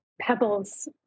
pebbles